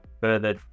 further